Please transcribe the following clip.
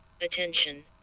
Attention